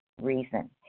reason